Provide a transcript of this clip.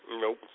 Nope